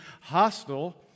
hostile